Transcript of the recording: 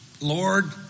Lord